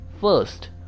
first